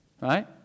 Right